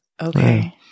okay